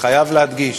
אני חייב להדגיש,